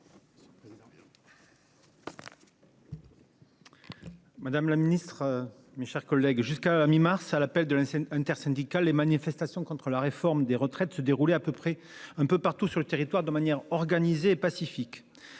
madame la secrétaire d'État, mes chers collègues, jusqu'à la mi-mars, à l'appel de l'intersyndicale, les manifestations contre la réforme des retraites se déroulaient un peu partout sur le territoire de manière organisée et pacifique.